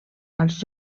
als